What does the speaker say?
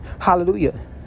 hallelujah